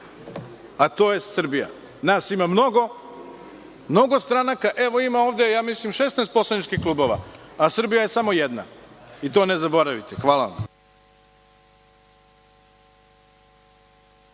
a to je Srbija. Nas ima mnogo stranaka. Evo, ima ovde mislim 16 poslaničkih klubova, a Srbija je samo jedna i to ne zaboravite. Hvala vam.